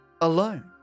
alone